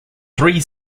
three